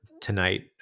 tonight